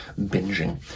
binging